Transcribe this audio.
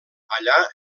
allà